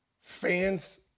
Fans